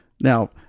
Now